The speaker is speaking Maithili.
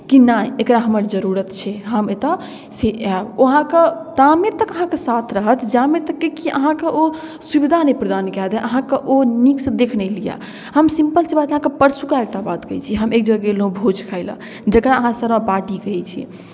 कि नहि एकरा हमर जरूरत छै हम एतय से आयब ओ अहाँके तामे तक अहाँके साथ रहत जामे तक कि अहाँकेँ ओ सुविधा नहि प्रदान कए देत अहाँकेँ ओ नीकसँ देखि नहि लिए हम सिंपलसँ बात अहाँकेँ परसुका एकटा बात कहै छी हम एक जगह गेल रहौँ भोज खाय लेल जकरा अहाँ शहरमे पार्टी कहै छियै